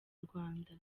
rwanda